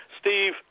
Steve